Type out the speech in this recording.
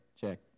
check